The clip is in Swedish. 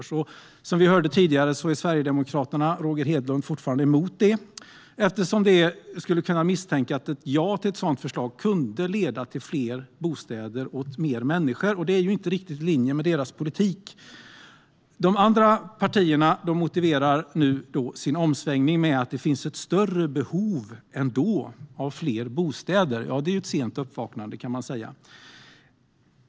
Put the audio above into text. Som vi hörde tidigare är Sverigedemokraterna och Roger Hedlund fortfarande emot förslaget, eftersom det kan misstänkas att ett ja skulle kunna leda till fler bostäder åt fler människor, och det är ju inte riktigt i linje med deras politik. De andra partierna motiverar sin omsvängning med att det nu finns ett större behov än då av fler bostäder. Det är ett sent uppvaknande, kan man säga.